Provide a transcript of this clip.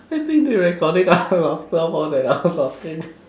I think they recording our laughter more than our talking